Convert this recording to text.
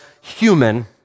human